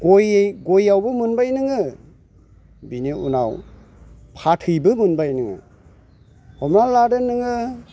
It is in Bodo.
गय गयआवबो मोनबाय नोङो बेनि उनाव फाथैबो मोनबाय नोङो हमना लादो नोङो